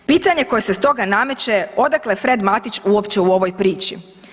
Pitanje koje se stoga nameće odakle Fred Matić uopće u ovoj priči?